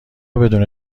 بدون